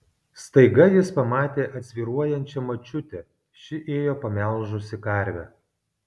staiga jis pamatė atsvyruojančią močiutę ši ėjo pamelžusi karvę